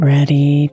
Ready